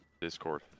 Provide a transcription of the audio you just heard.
Discord